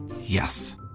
Yes